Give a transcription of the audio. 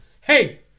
hey